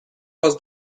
was